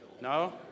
No